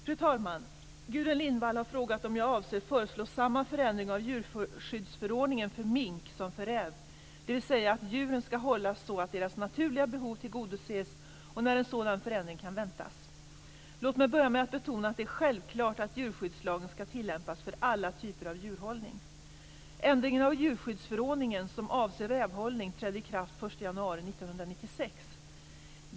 Fru talman! Gudrun Lindvall har frågat om jag avser att föreslå samma förändring av djurskyddsförordningen för mink som för räv, dvs. att djuren skall hållas så att deras naturliga behov tillgodoses, och när en sådan förändring kan väntas. Låt mig börja med att betona att det är självklart att djurskyddslagen skall tillämpas för alla typer av djurhållning. 1 januari 1996.